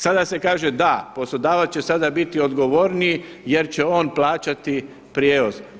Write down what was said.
Sada se kaže da, poslodavac će sada biti odgovorniji jer će on plaćati prijevoz.